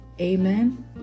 amen